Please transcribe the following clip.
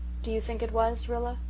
do you think it was, rilla?